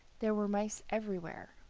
there were mice everywhere,